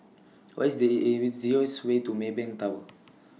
What IS The easiest Way to Maybank Tower